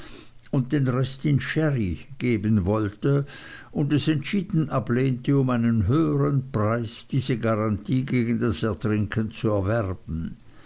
und den rest in sherry geben wollte und es entschieden ablehnte um einen höhern preis diese garantie gegen das ertrinken zu erwerben